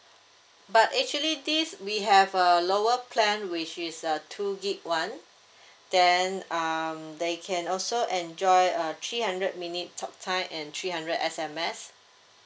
but actually this we have a lower plan which is a two gig one then um they can also enjoy a three hundred minute talk time and three hundred S_M_S